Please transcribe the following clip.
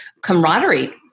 camaraderie